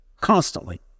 Constantly